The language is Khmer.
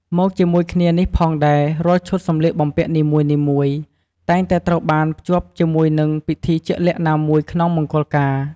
មកជាមួយគ្នានេះផងដែរ រាល់ឈុតសម្លៀកបំពាក់នីមួយៗ តែងតែត្រូវបានភ្ជាប់ជាមួយនឹង ពិធីជាក់លាក់ណាមួយ ក្នុងមង្គលការ។